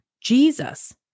Jesus